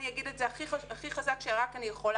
אני אגיד את זה הכי חזק שרק אני יכולה,